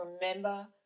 remember